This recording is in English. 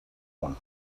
one